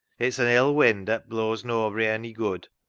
it's an ill wind at blows noabry ony good.